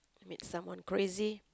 meet someone crazy